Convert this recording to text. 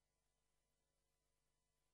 זה לא נגמר בגלל האופוזיציה, זה לא נגמר